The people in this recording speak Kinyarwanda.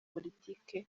politiki